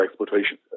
exploitation